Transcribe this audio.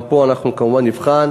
גם פה אנחנו כמובן נבחן